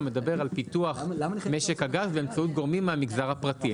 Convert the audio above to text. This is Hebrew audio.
מדבר על פיתוח משק הגז באמצעות גורמים מהמגזר הפרטי.